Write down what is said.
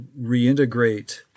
reintegrate